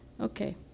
Okay